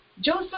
Joseph